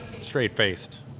Straight-faced